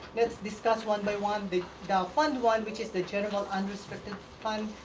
let's discuss one by one. the fund one which is the general unrestricted fund,